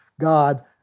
God